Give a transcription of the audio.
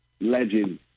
legend